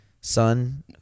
son